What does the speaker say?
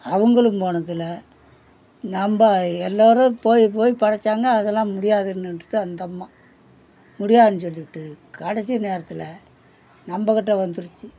அவர்களும் போனதில் நம்ம எல்லாேரும் போய் போய் படைத்தாங்க அதெல்லாம் முடியாதுன்ட்டு அந்தம்மா முடியாது சொல்லிட்டு கடைசி நேரத்தில் நம்ம கிட்டே வந்துடுச்சு